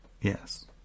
yes